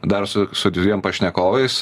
dar su su dviem pašnekovais